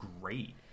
great